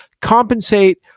compensate